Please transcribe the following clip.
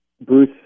Bruce